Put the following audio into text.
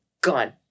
gone